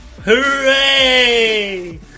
Hooray